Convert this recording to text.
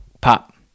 pop